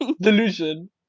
Delusion